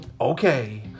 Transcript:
Okay